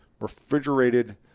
refrigerated